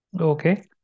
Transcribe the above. Okay